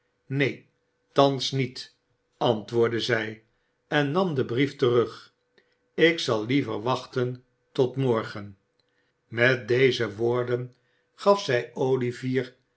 neen thans niet antwoordde zij en nam den brief terug ik zal liever wachten tot morgen met deze woorden gaf zij olivier